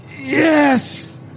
Yes